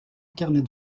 carnet